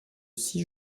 six